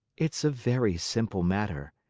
it's a very simple matter.